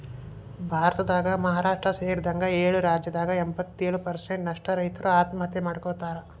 ಭಾರತದಾಗ ಮಹಾರಾಷ್ಟ್ರ ಸೇರಿದಂಗ ಏಳು ರಾಜ್ಯದಾಗ ಎಂಬತ್ತಯೊಳು ಪ್ರಸೆಂಟ್ ನಷ್ಟ ರೈತರು ಆತ್ಮಹತ್ಯೆ ಮಾಡ್ಕೋತಾರ